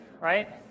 right